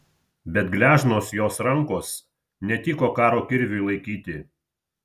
bet gležnos jos rankos netiko karo kirviui laikyti